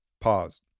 Pause